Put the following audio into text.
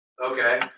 Okay